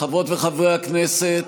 חברות וחברי הכנסת,